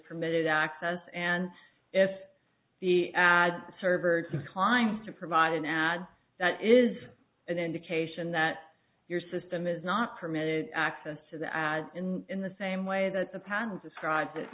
permitted access and if the ad server does himes to provide an ad that is an indication that your system is not permitted access to the add in in the same way that the patent describes it